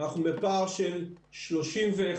אנחנו בפער של 31%,